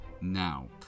Now